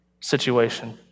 situation